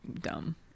dumb